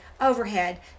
overhead